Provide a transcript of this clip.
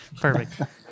perfect